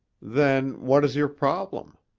then what is your problem?